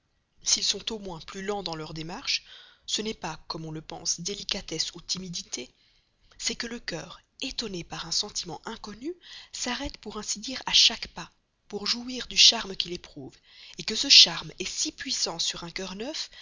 s'ils sont au moins plus lents dans leur marche ce n'est pas comme on le pense délicatesse ou timidité c'est que le cœur étonné par un sentiment inconnu s'arrête pour ainsi dire à chaque pas pour jouir du charme qu'il éprouve que ce charme est si puissant sur un cœur neuf